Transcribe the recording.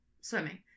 swimming